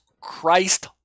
Christ